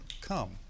come